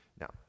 Now